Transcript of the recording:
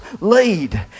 lead